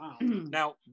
now